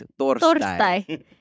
Torstai